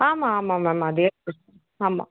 ஆமாம் ஆமாம் மேம் அதே அட்ரெஸ் தான் ஆமாம்